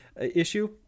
issue